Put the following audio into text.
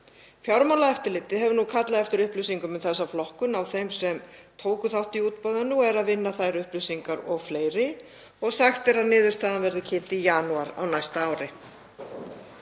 Fjármálaeftirlitið hefur nú kallað eftir upplýsingum um þessa flokkun á þeim sem tóku þátt í útboðinu og er að vinna þær upplýsingar og fleiri og sagt er að niðurstaðan verði kynnt í janúar á næsta ári.